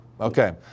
okay